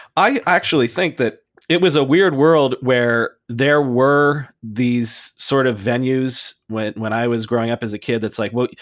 i actually think that it was a weird world where there were these sort of venues when when i was growing up as a kid that's like, well,